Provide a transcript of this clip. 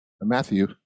Matthew